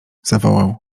zawołał